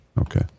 Okay